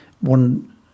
one